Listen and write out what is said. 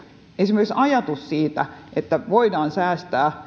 esimerkiksi ajatus siitä että kun voidaan säästää